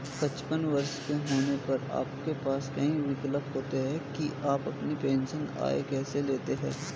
पचपन वर्ष के होने पर आपके पास कई विकल्प होते हैं कि आप अपनी पेंशन आय कैसे लेते हैं